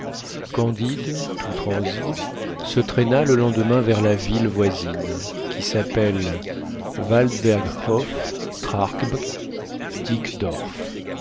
candide tout transi se traîna le lendemain vers la ville voisine qui s'appelle